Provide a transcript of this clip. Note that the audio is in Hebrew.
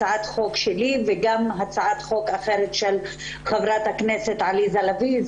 הצעת חוק שלי וגם הצעת חוק אחרת של חברת הכנסת עליזה לביא.